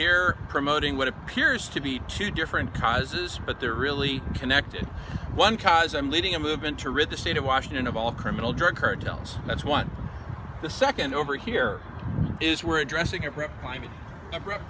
here promoting what appears to be two different causes but they're really connected one cause i'm leading a movement to rid the state of washington of all criminal drug cartels that's what the second over here is we're addressing a group climate abrupt